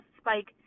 spike